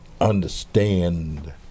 understand